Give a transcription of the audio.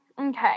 Okay